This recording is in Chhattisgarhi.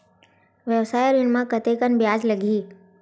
व्यवसाय ऋण म कतेकन ब्याज लगही?